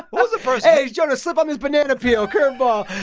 was the first hey, jonah, slip on this banana peel curveball